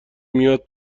میاد